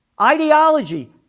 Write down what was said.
Ideology